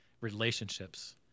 relationships